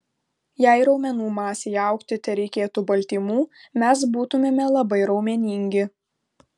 jei raumenų masei augti tereikėtų baltymų mes būtumėme labai raumeningi